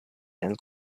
and